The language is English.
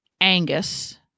Angus